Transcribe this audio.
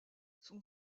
sont